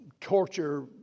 torture